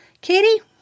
Katie